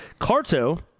Carto